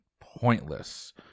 pointless